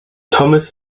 thomas